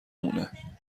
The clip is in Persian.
مونه